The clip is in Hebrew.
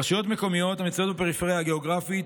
רשויות מקומיות המצויות בפריפריה הגיאוגרפית